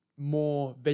more